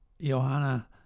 Johanna